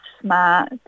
smart